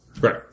Right